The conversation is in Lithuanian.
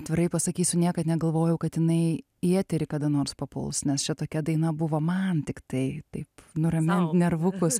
atvirai pasakysiu niekad negalvojau kad jinai į eterį kada nors papuls nes čia tokia daina buvo man tiktai taip nuramin nervukus